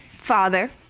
father